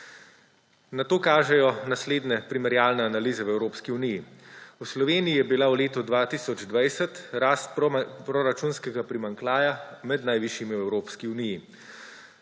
Na to kažejo naslednje primerjalne analize v Evropski uniji. V Sloveniji je bila v letu 2020 rast proračunskega primanjkljaja med najvišjimi v Evropski uniji.